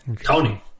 Tony